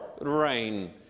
rain